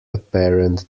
apparent